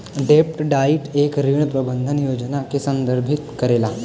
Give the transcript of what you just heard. डेब्ट डाइट एक ऋण प्रबंधन योजना के संदर्भित करेला